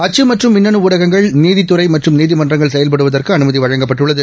அச்சு மற்றும் மின்னனு ஊடகங்கள் நீதித்துறை மற்றும் நீதிமன்றங்கள் செயல்படுவதற்கு அனுமதி வழங்கப்பட்டுள்ளது